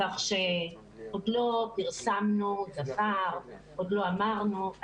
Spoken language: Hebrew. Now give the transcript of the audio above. כך שעוד לא פרסמנו דבר, עוד לא אמרנו.